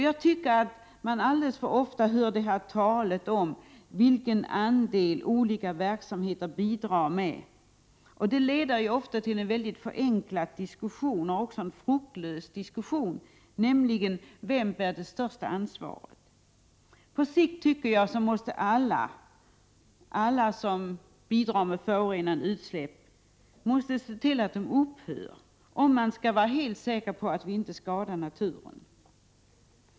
Jag tycker att man alldeles för ofta hör talas om vilken andel olika verksamheter bidrar med. Detta leder ofta till en mycket förenklad och fruktlös diskussion om vem som bär det största ansvaret. På sikt måste, enligt min mening, alla som bidrar med förorenande utsläpp se till att de upphör, om vi skall kunna vara helt säkra på att inte skada naturen.